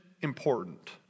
important